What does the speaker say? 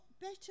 better